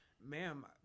Ma'am